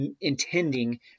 intending